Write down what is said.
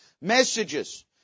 messages